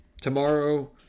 tomorrow